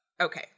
okay